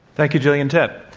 thank you, gillian tett.